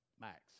Max